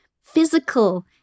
physical